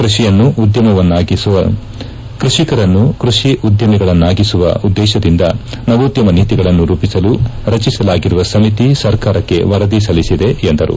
ಕೃಷಿಯನ್ನು ಉದ್ಯಮವನ್ನಾಗಿಸಲು ಕೃಷಿಕರನ್ನು ಕೃಷಿ ಉದ್ಯಮಿಗಳನ್ನಾಗಿಸುವ ಉದ್ದೇಶದಿಂದ ಸವೋದ್ಯಮ ನೀತಿಗಳನ್ನು ರೂಪಿಸಲು ರಚಿಸಲಾಗಿರುವ ಸಮಿತಿ ಸರ್ಕಾರಕ್ಕೆ ವರದಿ ಸಲ್ಲಿಸಿದೆ ಎಂದರು